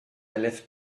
left